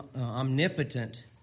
omnipotent